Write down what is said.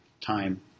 time